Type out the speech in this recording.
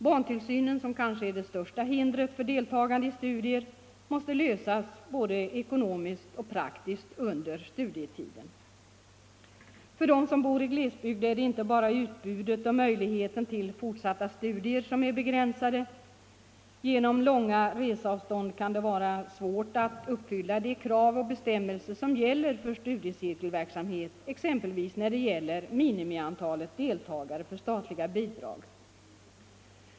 Barntillsynen, som kanske är det största hindret för deltagande i studier, måste lösas både ekonomiskt och praktiskt under studietiden. För dem som bor i glesbygd är inte bara utbudet och möjligheten till fortsatta studier begränsade. Genom långa resavstånd kan det dessutom vara svårt att uppfylla de krav och de bestämmelser som gäller för studiecirkelverksamhet, exempelvis i fråga om minimiantalet deltagare för att man skall erhålla statliga bidrag.